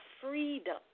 freedom